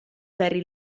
perry